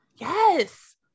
yes